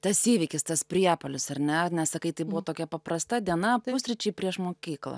tas įvykis tas priepuolis ar ne ane sakai tai buvo tokia paprasta diena pusryčiai prieš mokyklą